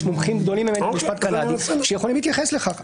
יש מומחים גדולים ממני במשפט קנדי שיכולים להתייחס לכך.